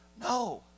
No